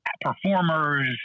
performers